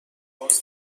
قرمز